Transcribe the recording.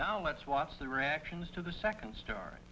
now let's watch the reactions to the second st